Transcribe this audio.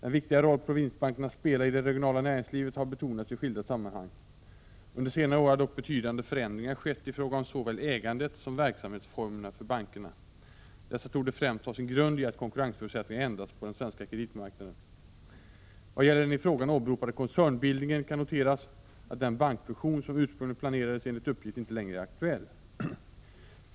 Den viktiga roll provinsbankerna spelar i det regionala näringslivet har betonats i skilda sammanhang. Under senare år har dock betydande förändringar skett i fråga om såväl ägandet som verksamhetsformerna för bankerna. Dessa torde främst ha sin grund i att konkurrensförutsättningarna ändrats på den svenska kreditmarknaden. Vad gäller den i frågan åberopade koncernbildningen kan noteras att den bankfusion som ursprungligen planerades enligt uppgift inte längre är aktuell.